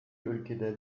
ülkede